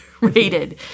rated